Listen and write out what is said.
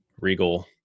regal